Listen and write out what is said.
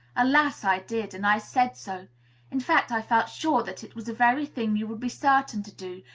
alas! i did, and i said so in fact, i felt sure that it was the very thing you would be certain to do,